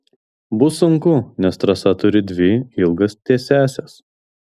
bus sunku nes trasa turi dvi ilgas tiesiąsias